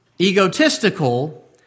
egotistical